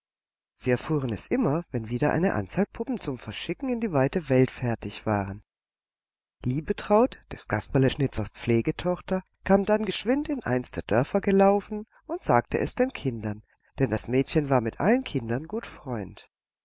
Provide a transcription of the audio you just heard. sie erfuhren es immer wenn wieder eine anzahl puppen zum verschicken in die weite welt fertig waren liebetraut des kasperleschnitzers pflegetochter kam dann geschwind in eins der dörfer gelaufen und sagte es den kindern denn das mädchen war mit allen kindern gut freund